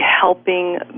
helping